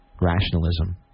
rationalism